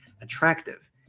attractive